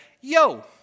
yo